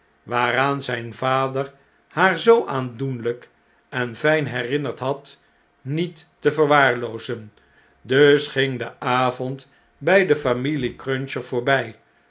waaraan zijn vader haar zoo aandoenlijk en fijn herinnerd had niet te verwaarloozen dus ging de avond bij de familie cruncher voorbij